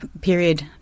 Period